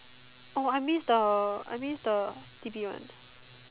oh I miss the I miss the T_P one